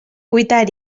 cuitar